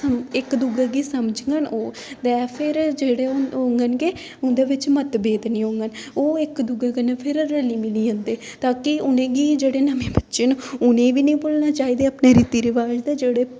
इक दूए गी समझङन ओह् ते फिर जेह्ड़े होङन के उं'दे बिच्च मतभेद निं होङन ओह् फिर इक दूए कन्नै फिर रली मिली जंदे ताकि उ'नेंगी जेह्ड़े नमें बच्चे न उ'नेंगी बी निं भुल्लने चाहिदे अपने रीति रिवाज़ ते जेह्ड़े